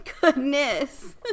Goodness